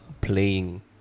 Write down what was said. playing